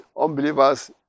unbelievers